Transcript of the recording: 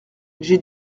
j’ai